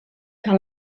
que